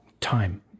time